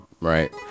Right